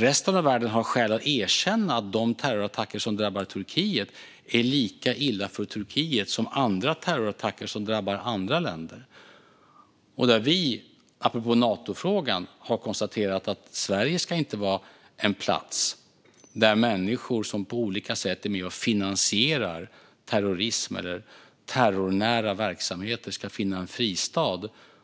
Resten av världen har skäl att erkänna att de terrorattacker som drabbar Turkiet är lika illa för Turkiet som andra terrorattacker som drabbar andra länder. Apropå Natofrågan har vi konstaterat att Sverige inte ska vara en plats där människor som på olika sätt finansierar terrorism eller terrornära verksamheter ska finna en fristad,